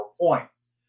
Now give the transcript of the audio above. points